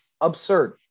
absurd